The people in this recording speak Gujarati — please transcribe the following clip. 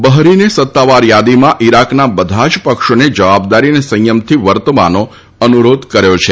બહરીને સત્તાવાર યાદીમાં ઈરાકના બધા જ પક્ષોને જવાબદારી અને સંયમથી વર્તવાનો અનુરોધ કર્યો છે